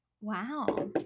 Wow